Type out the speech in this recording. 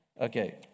okay